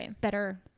better